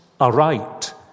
aright